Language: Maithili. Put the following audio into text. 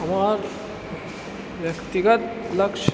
हमर व्यक्तिगत लक्ष्य